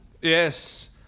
Yes